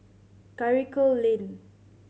Karikal Lane